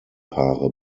paare